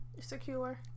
secure